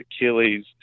Achilles